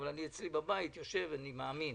אבל אני אצלי בבית יושב אני מאמין,